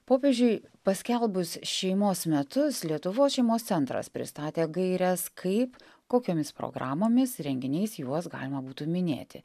popiežiui paskelbus šeimos metus lietuvos šeimos centras pristatė gaires kaip kokiomis programomis renginiais juos galima būtų minėti